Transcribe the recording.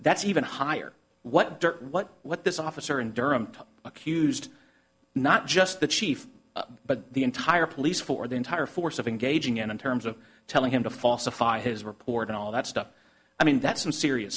that's even higher what dirt what what this officer in durham accused not just the chief but the entire police for the entire force of engaging in in terms of telling him to falsify his report and all that stuff i mean that's some serious